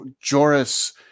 Joris